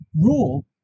Rule